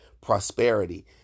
prosperity